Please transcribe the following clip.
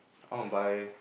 I want buy